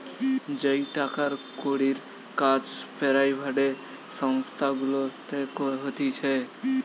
যেই টাকার কড়ির কাজ পেরাইভেট সংস্থা গুলাতে হতিছে